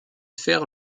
faire